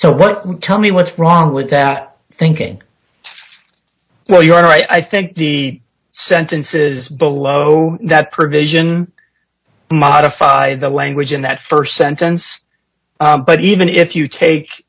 so what tell me what's wrong with that thinking well you're right i think the sentences below that provision modify the language in that st sentence but even if you take